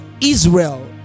Israel